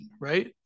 right